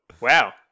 Wow